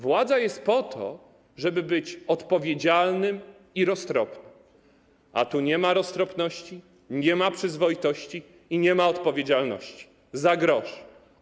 Władza jest po to, żeby być odpowiedzialnym i roztropnym, a tu nie ma roztropności, nie ma przyzwoitości i nie ma odpowiedzialności - za grosz.